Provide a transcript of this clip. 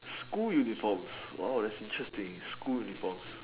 school uniforms !wow! thats interesting school uniforms